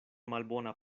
malbona